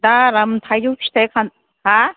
दा आराम थाइजौ फिथाय खान हा